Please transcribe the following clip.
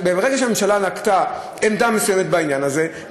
ברגע שהממשלה נקטה עמדה מסוימת בעניין הזה,